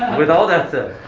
with all that